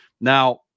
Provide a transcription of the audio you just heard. Now